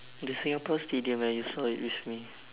the singapore stadium where you saw it with me